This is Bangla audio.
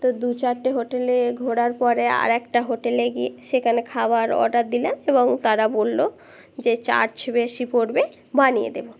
তো দু চারটে হোটেলে ঘোরার পরে আরকটা হোটেলে গিয়ে সেখানে খাবার অর্ডার দিলাম এবং তারা বললো যে চার্জ বেশি পড়বে বানিয়ে দেবো